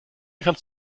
kannst